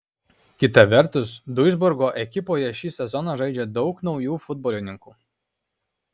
kita vertus duisburgo ekipoje šį sezoną žaidžia daug naujų futbolininkų